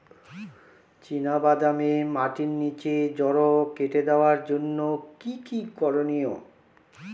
চিনা বাদামে মাটির নিচে জড় কেটে দেওয়ার জন্য কি কী করনীয়?